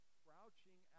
crouching